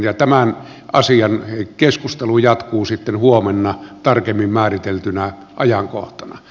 tämän asian keskustelu jatkuu sitten huomenna tarkemmin määriteltynä ajankohtana